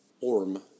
Orm